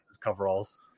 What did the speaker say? coveralls